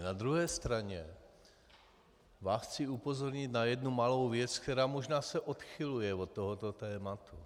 Na druhé straně vás chci upozornit na jednu malou věc, která se možná odchyluje od tohoto tématu.